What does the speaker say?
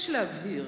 "יש להבהיר